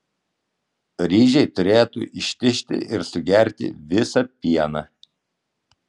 ryžiai turėtų ištižti ir sugerti visą pieną